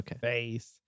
face